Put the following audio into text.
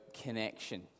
connection